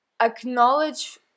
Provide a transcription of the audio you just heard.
acknowledge